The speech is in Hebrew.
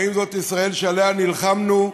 האם זאת ישראל שעליה נלחמנו?